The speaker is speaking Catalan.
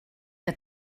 que